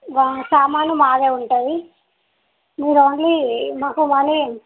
మా సామాన్లు మావే ఉంటాయి మీరు ఓన్లీ మాకు మనీ